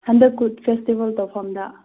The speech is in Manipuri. ꯍꯟꯗꯛ ꯀꯨꯠ ꯐꯦꯁꯇꯤꯚꯦꯜ ꯇꯧꯐꯝꯗ